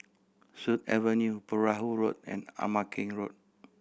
Sut Avenue Perahu Road and Ama Keng Road